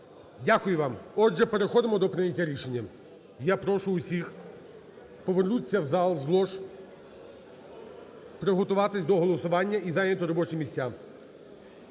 Дякую вам. Отже, переходимо до прийняття рішення. Я прошу всіх повернутися в зал з лож, приготуватись до голосування і зайняти робочі місця.